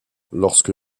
lorsque